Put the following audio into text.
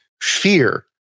fear